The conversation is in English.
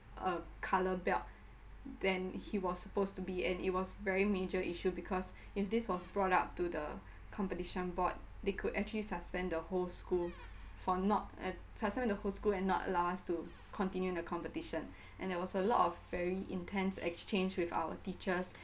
uh colour belt than he was supposed to be and it was very major issue because if this was brought up to the competition board they could actually suspend the whole school for not uh suspend the whole school and not allow us to continue the competition and there was a a lot of very intense exchange with our teachers